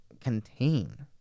contain